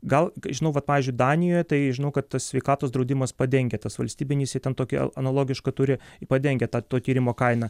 gal žinau vat pavyzdžiui danijoje tai žino kad tas sveikatos draudimas padengia tas valstybinis jie ten tokį analogišką turi padengia tą to tyrimo kainą